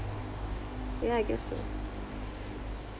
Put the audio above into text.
ya I guess so